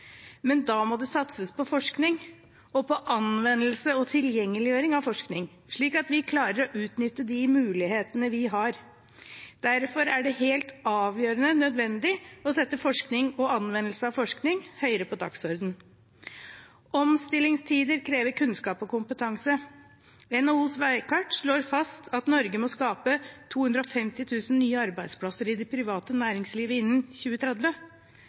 Men da må det satses på forskning – og på anvendelse og tilgjengeliggjøring av forskning – slik at vi klarer å utnytte de mulighetene vi har. Derfor er det helt avgjørende nødvendig å sette forskning og anvendelse av forskning høyere på dagsordenen. Omstillingstider krever kunnskap og kompetanse. NHOs veikart slår fast at Norge må skape 250 000 nye arbeidsplasser i det private næringslivet innen 2030.